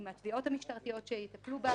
עם התביעות המשטרתיות שיטפלו בה,